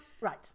Right